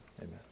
amen